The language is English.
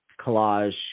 collage